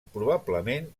probablement